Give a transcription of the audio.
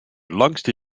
langste